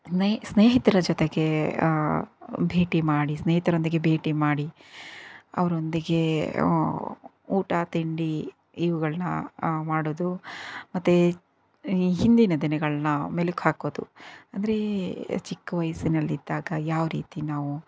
ನೇ ಸ್ನೇಹಿತರ ಜೊತೆಗೆ ಭೇಟಿ ಮಾಡಿ ಸ್ನೇಹಿತರೊಂದಿಗೆ ಭೇಟಿ ಮಾಡಿ ಅವರೊಂದಿಗೆ ಊಟ ತಿಂಡಿ ಇವುಗಳ್ನ ಮಾಡೋದು ಮತ್ತೆ ಈ ಹಿಂದಿನ ದಿನಗಳನ್ನ ಮೆಲುಕು ಹಾಕೋದು ಅಂದರೆ ಚಿಕ್ಕ ವಯಸ್ಸಿನಲ್ಲಿದ್ದಾಗ ಯಾವ ರೀತಿ ನಾವು